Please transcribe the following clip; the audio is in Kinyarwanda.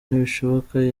nibishoboka